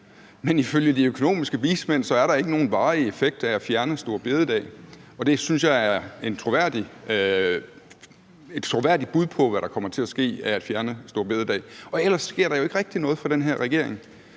men ifølge de økonomiske vismænd er der ikke nogen varig effekt af at fjerne store bededag, og det synes jeg er et troværdigt bud på, hvad der kommer til at ske af at fjerne store bededag. Ellers sker der jo ikke rigtig noget for den her regering.